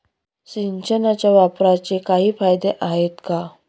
सिंचनाच्या वापराचे काही फायदे आहेत का?